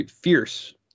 fierce